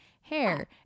hair